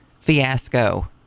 fiasco